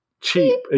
cheap